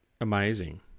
amazing